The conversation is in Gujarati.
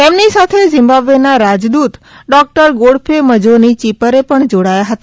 તેમની સાથે ઝિમ્બાબવેના રાજદૂત ડોકટર ગોડફે મજોની ચીપરે પણ જોડાયા હતા